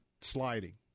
sliding